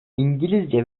i̇ngilizce